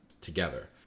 together